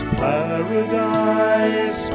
paradise